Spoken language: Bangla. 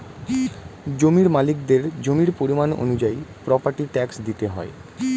জমির মালিকদের জমির পরিমাণ অনুযায়ী প্রপার্টি ট্যাক্স দিতে হয়